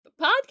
podcast